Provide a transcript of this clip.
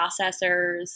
processors